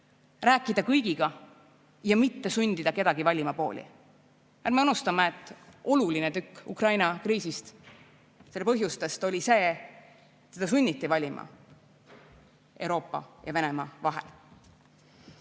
rääkida kõigiga ja mitte sundida kedagi valima pooli. Ärme unustame, et üks oluline Ukraina kriisi põhjus oli see, et teda sunniti valima Euroopa ja Venemaa vahel. Täna